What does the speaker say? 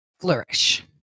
flourish